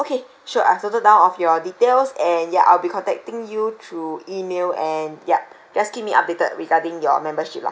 sure I've noted down of your details and ya I'll be contacting you through email and yup just keep me updated regarding your membership lah